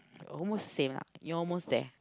almost the same you almost there